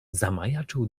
zamajaczył